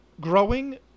growing